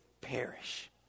perish